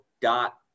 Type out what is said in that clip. dot